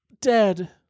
Dead